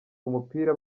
umupira